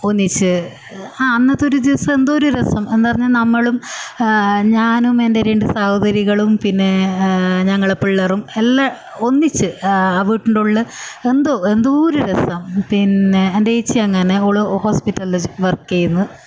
ഒന്നിച്ച് ആ അന്നത്തെ ഒരു ദിവസം എന്തോ ഒരു രസം എന്താണ് പറഞ്ഞാൽ നമ്മളും ആ ഞാനും എൻ്റെ രണ്ട് സഹോദരികളും പിന്നെ ഞങ്ങളെ പിള്ളേരും എല്ലാം ഒന്നിച്ച് ആ വീട്ടിൻ്റെ ഉള്ളിൽ എന്തോ എന്തോ ഒരു രസം പിന്നെ എൻ്റെ ഏച്ചി അങ്ങനെ ഓൾ ഹോസ്പിറ്റലിൽ വർക്ക് ചെയ്യുന്നു